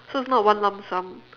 so it's not a one lump sum